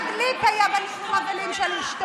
יהודה גליק היה בניחום אבלים על אשתו.